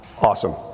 awesome